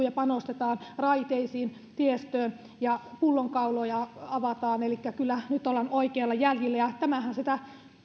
ja panostetaan raiteisiin ja tiestöön ja pullonkauloja avataan elikkä kyllä nyt ollaan oikeilla jäljillä ja tämähän